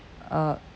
uh